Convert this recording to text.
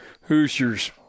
Hoosiers